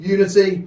Unity